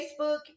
Facebook